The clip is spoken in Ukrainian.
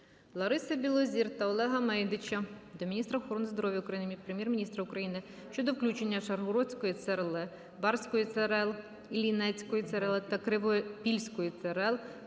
Лариси Білозір та Олега Мейдича до міністра охорони здоров'я України, Прем'єр-міністра України щодо включення Шаргородської ЦРЛ, Барської ЦРЛ, Іллінецької ЦРЛ та Крижопільської ЦРЛ